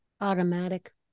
Automatic